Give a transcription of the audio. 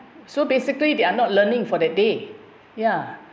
so basically they're not learning for that day ya